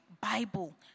Bible